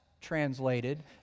translated